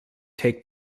take